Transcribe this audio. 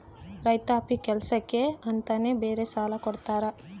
ರೈತಾಪಿ ಕೆಲ್ಸಕ್ಕೆ ಅಂತಾನೆ ಬೇರೆ ಸಾಲ ಕೊಡ್ತಾರ